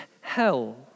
hell